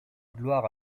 gloire